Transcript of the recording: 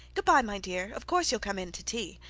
good-bye, my dear. of course you'll come in to tea.